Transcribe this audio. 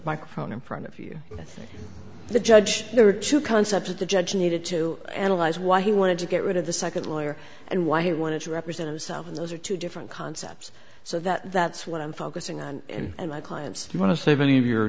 microphone in front of you i think the judge there are two concepts that the judge needed to analyze why he wanted to get rid of the second lawyer and why he wanted to represent himself and those are two different concepts so that that's what i'm focusing on and my clients you want to save any of your